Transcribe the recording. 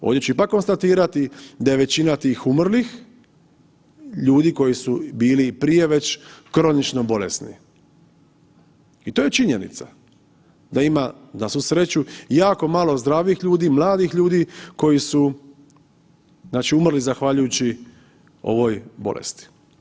Ovdje ću ipak konstatirati da je većina tih umrlih ljudi koji su bili i prije već kronično bolesni i to je činjenica da ima na svu sreću jako malo zdravih ljudi, mladih ljudi koji su umrli zahvaljujući ovoj bolesti.